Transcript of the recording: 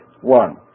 one